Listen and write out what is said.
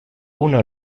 una